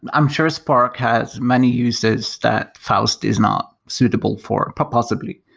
i'm sure spark has many uses that faust is not suitable for possibly.